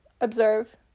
Observe